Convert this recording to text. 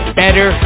better